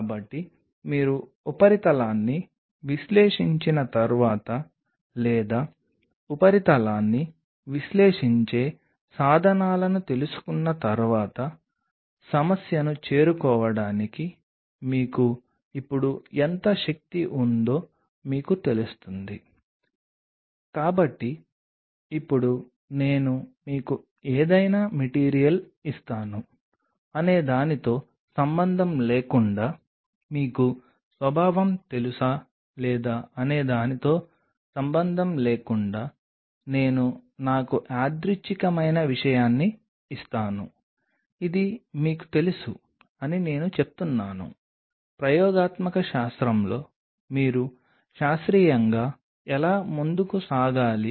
ఇప్పుడు దీని ఆధారంగా మీరు సబ్స్ట్రేట్పై పాలీ డి లైసిన్ సాంద్రతను పెంచినట్లయితే మీరు ప్రయత్నించినట్లయితే నేను మీకు ప్రయోగాలను సూచించగలను ఉదాహరణకు చెప్పండి ఇక్కడ నేను తక్కువ సాంద్రత గురించి చెప్పాను ఉదాహరణకు ఇది ఇలా పెరుగుతూ ఉంటే మీరు ఈ ఏకాగ్రతను పెంచుతారు